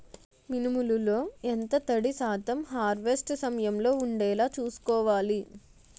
మినుములు లో ఎంత తడి శాతం హార్వెస్ట్ సమయంలో వుండేలా చుస్కోవాలి?